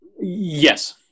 yes